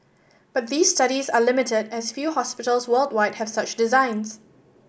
but these studies are limited as few hospitals worldwide have such designs